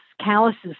calluses